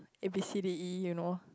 A_B_C_D_E you know